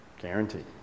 Guaranteed